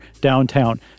downtown